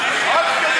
לשבת.